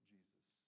Jesus